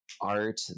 art